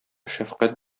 шәфкать